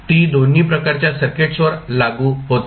ती दोन्ही प्रकारच्या सर्किट्सवर लागू होते